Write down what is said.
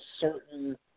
certain